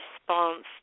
response